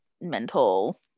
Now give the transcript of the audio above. mental